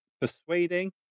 persuading